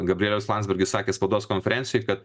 gabrielius landsbergis sakė spaudos konferencijoj kad